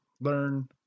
learn